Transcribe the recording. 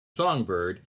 songbird